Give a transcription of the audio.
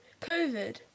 COVID